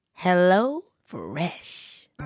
HelloFresh